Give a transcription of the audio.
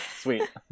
Sweet